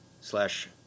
slash